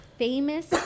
Famous